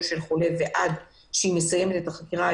של חולה ועד שהיא מסיימת את החקירה,